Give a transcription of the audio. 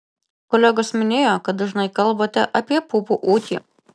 kolegos minėjo kad dažnai kalbate apie pupų ūkį